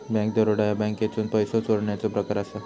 bank दरोडा ह्या बँकेतसून पैसो चोरण्याचो प्रकार असा